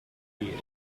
feet